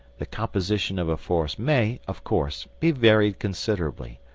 the composition of a force may, of course, be varied considerably.